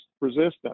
resistance